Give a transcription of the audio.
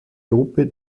gruppe